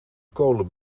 kolen